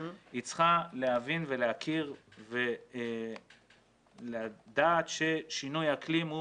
היא צריכה להבין ולהכיר ולדעת ששינוי אקלים הוא